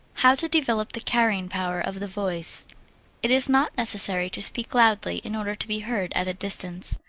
how to develop the carrying power of the voice it is not necessary to speak loudly in order to be heard at a distance.